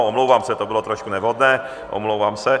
Omlouvám se, to bylo trošku nevhodné, omlouvám se.